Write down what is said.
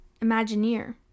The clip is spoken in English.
Imagineer